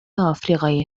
آفریقای